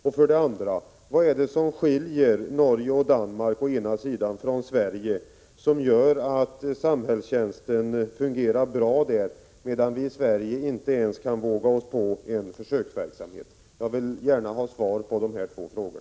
Min andra fråga är: Vad är det som skiljer Norge och Danmark från Sverige och som gör att samhällstjänsten fungerar bra där medan vi i Sverige inte ens kan våga oss på en försöksverksamhet? Jag vill gärna ha svar på dessa två frågor.